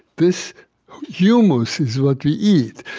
this humus is what we eat.